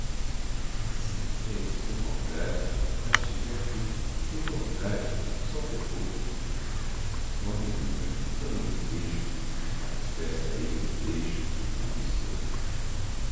se queres com maldade castigar quem sem vontade só pecou olha linda eu não me queixo a teus pés cair me deixo aqui stou